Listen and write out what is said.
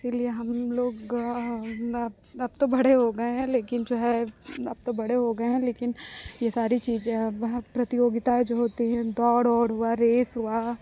इसलिए हम लोग अब अब तो बड़े हो गए हैं लेकिन जो है अब तो बड़े हो गए हैं लेकिन ये सारी चीज़ें अब बहुत प्रतियोगिताएं जो होती है दौड़ औड़ हुआ रेस हुआ